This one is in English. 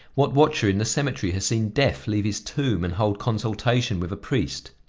what watcher in the cemetery has seen death leave his tomb and hold consultation with a priest?